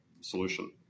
solution